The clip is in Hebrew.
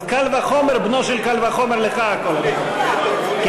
אז קל וחומר, בנו של קל וחומר, לך הכול, כן.